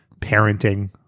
parenting